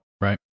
Right